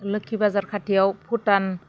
लोखि बाजार खाथियाव भुटान